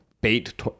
bait